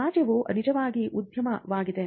ರಾಜ್ಯವು ನಿಜವಾಗಿ ಉದ್ಯಮಿಯಾಗುತ್ತಿದೆ